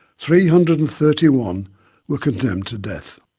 three hundred and thirty one were condemned to death.